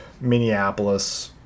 Minneapolis